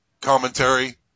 commentary